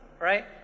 right